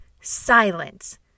silence